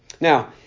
Now